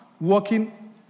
working